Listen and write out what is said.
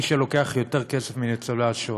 מי שלוקח יותר כסף מניצולי השואה.